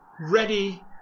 ready